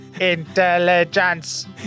intelligence